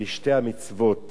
לשתי המצוות